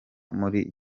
muri